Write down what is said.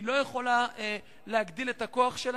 והיא לא יכולה להגדיל את כוחה.